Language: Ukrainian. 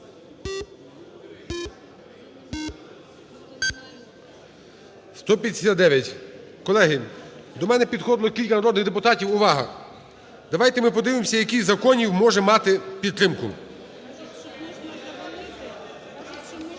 За-159 Колеги, до мене підходили кілька народних депутатів. Увага! Давайте ми подивимось, який із законів може мати підтримку.